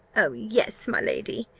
oh, yes, my lady!